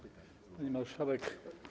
Pani Marszałek!